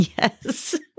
Yes